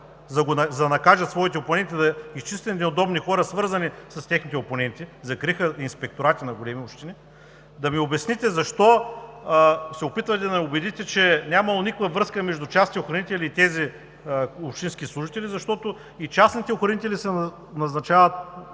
за да накажат своите опоненти, да изчистят неудобни хора, свързани с техните опоненти, закриха инспекторати на големи общини, да ми обясните защо се опитвате да ни убедите, че е нямало никаква връзка между частни охранители и тези общински служители, защото и частните охранители се назначават